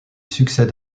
succède